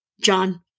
John